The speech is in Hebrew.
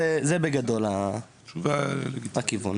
זה בגדול הכיוון.